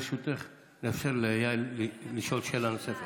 ברשותך, נאפשר ליעל לשאול שאלה נוספת.